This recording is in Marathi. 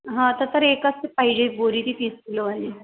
हा तर एकच पाहिजे बोरी ती तीस किलोवाली